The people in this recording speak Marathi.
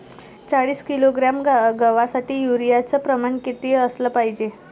चाळीस किलोग्रॅम गवासाठी यूरिया च प्रमान किती असलं पायजे?